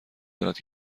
دارد